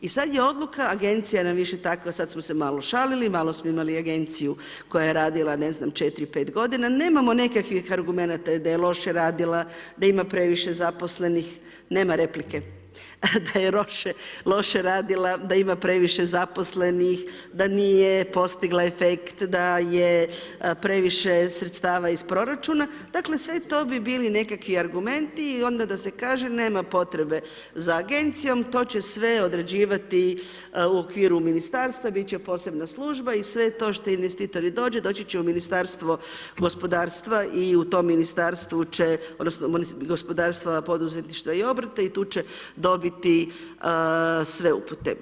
I sad je odluka, agencija nam više takva, sad smo se malo šalili, malo smo imali agenciju koja je radila ne znam 4, 5 godina, nemamo nekakvih argumenata da je loše radila, da ima previše zaposlenih, nema replike, da je loše radila, da ima previše zaposlenih, da nije postigla efekt, da je previše sredstava iz proračuna, dakle sve to bi bili nekakvi argumenti i onda da se kaže nema potrebe za agencijom to će sve odrađivati u okviru ministarstva bit će posebna služba i sve to što investitor dođe, doći će u ministarstvo gospodarstvo i u tom ministarstvu će odnosno, gospodarstva poduzetništva i obrta i tu će dobiti sve upute.